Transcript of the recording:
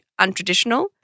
untraditional